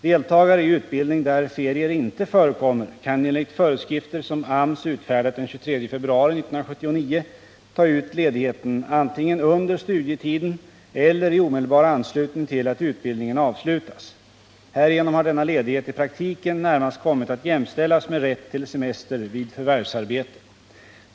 Deltagare i utbildning där ferier inte förekommer kan enligt förskrifter som AMS utfärdat den 23 februari 1979 ta ut ledigheten antingen under studietiden eller i omedelbar anslutning till att utbildningen avslutas. Härigenom har denna ledighet i praktiken närmast kommit att jämställas med rätt till semester vid förvärvsarbete.